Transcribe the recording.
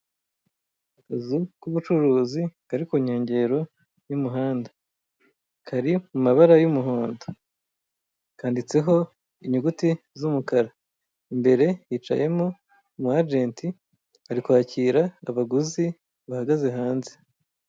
Akazu k'ubucuruzi kari ku nkengero y'umuhanda kari mu mabara y'umuhondo kanditseho inyuguti z'umukara, imbere hicayemo umwajenti ari kwakira abaguzi bahagaze hanze.